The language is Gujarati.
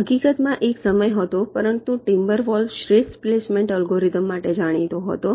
હકીકતમાં એક સમય હતો પરંતુ ટિમ્બરવોલ્ફ શ્રેષ્ઠ પ્લેસમેન્ટ અલ્ગોરિધમ માટે જાણીતો હતો